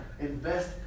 invest